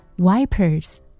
Wipers